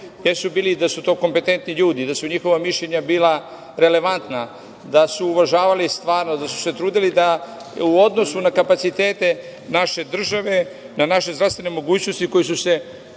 jeste da su to kompetentni ljudi, da su njihova mišljenja bila relevantna, da su uvažavali stvarnost, da su se trudili da u odnosu na kapacitete naše države, na naše zdravstvene mogućnosti, koje su se pokazale